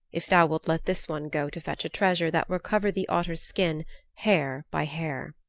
if thou wilt let this one go to fetch a treasure that will cover the otter's skin hair by hair.